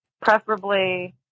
preferably